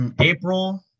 April